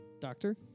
Doctor